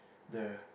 there